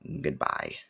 Goodbye